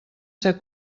ser